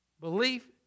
Belief